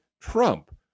Trump